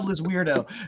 weirdo